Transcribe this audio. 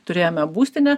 turėjome būstinę